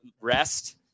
rest